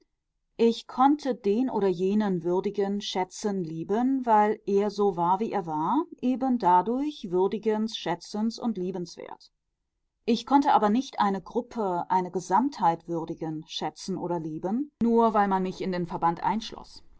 ich konnte den oder jenen würdigen schätzen lieben weil er so war wie er war eben dadurch würdigensschätzens liebenswert ich konnte aber nicht eine gruppe eine gesamtheit würdigen schätzen und lieben nur weil man mich in den verband